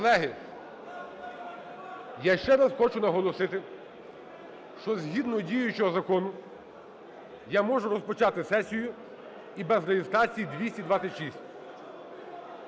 Колеги, я ще раз хочу наголосити, що згідно діючого закону я можу розпочати сесію і без реєстрації 226.